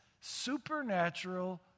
supernatural